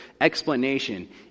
explanation